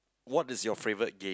what is your favorite game